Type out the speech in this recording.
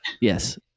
Yes